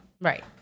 Right